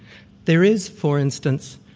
there is, for instance,